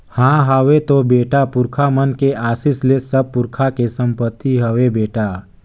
हां हवे तो बेटा, पुरखा मन के असीस ले सब पुरखा के संपति हवे बेटा